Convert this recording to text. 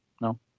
no